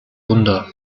wunder